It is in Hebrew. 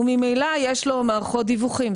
ממילא יש לו מערכות דיווחים,